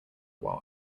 while